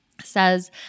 says